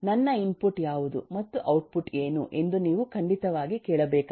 ನನ್ನ ಇನ್ಪುಟ್ ಯಾವುದು ಮತ್ತು ಔಟ್ಪುಟ್ ಏನು ಎಂದು ನೀವು ಖಂಡಿತವಾಗಿ ಕೇಳಬೇಕಾಗಿದೆ